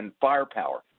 firepower